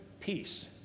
peace